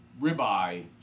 ribeye